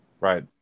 Right